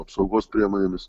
apsaugos priemonėmis